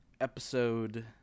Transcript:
episode